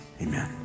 amen